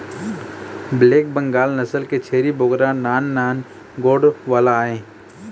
black Bengal नसल के छेरी बोकरा नान नान गोड़ वाला आय